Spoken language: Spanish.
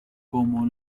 como